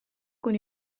con